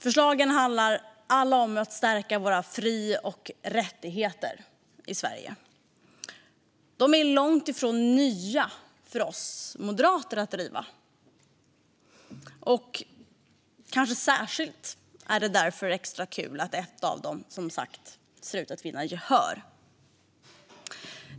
Förslagen handlar alla om att stärka våra fri och rättigheter i Sverige. De är långt ifrån nya för oss moderater att driva. Kanske är det därför extra kul att ett av dem, som sagt, ser ut att vinna gehör.